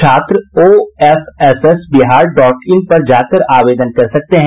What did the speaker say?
छात्र OFSS Bihar dot in पर जाकर आवेदन कर सकते हैं